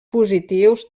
positius